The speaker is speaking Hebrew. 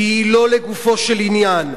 כי היא לא לגופו של עניין,